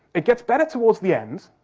it gets better towards the end.